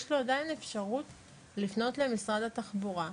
יש לו עדיין אפשרות לפנות למשרד התחבורה,